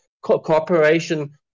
cooperation